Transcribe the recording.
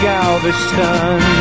Galveston